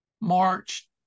March